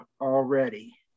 already